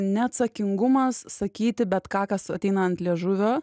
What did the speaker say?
neatsakingumas sakyti bet ką kas ateina ant liežuvio